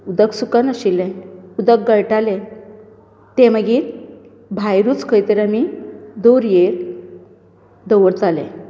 उदक सुक नाशिल्लें उदक गळटालें तें मागीर भायरच खंयतरी दोरयेर